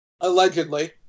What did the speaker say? Allegedly